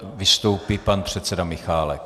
Vystoupí pan předseda Michálek.